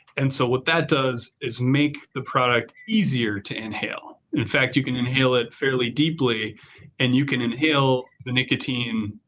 and so what that does is make the product easier to inhale. in fact, you can inhale it fairly deeply and you can inhale the nicotine.